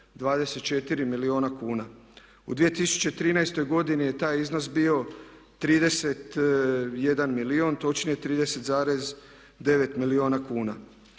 milijuna kuna. U 2013. godini je taj iznos bio 31 milijun, točnije 30,9 milijuna kuna.